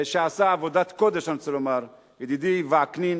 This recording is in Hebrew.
שעשה עבודת קודש, אני רוצה לומר, ידידי וקנין,